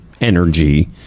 energy